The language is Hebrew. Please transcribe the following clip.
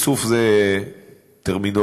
איסוף זו טרמינולוגיה,